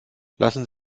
lassen